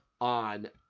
on